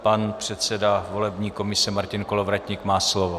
Pan předseda volební komise Martin Kolovratník má slovo.